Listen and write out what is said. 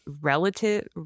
relative